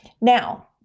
Now